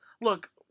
look